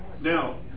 now